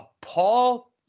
Paul